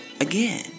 again